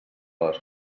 les